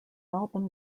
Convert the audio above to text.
album